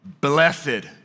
Blessed